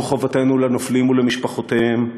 זו חובתנו לנופלים ולמשפחותיהם,